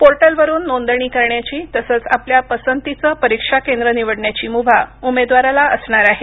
पोर्टलवरून नोंदणी करण्याची तसंच आपल्या पसंतीचं परीक्षा केंद्र निवडण्याची मुभा उमेदवाराला असणार आहे